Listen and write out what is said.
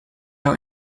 how